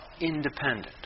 independent